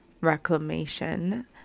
reclamation